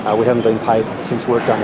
ah we haven't been paid since work done